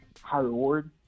high-reward